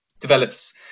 develops